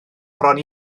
bron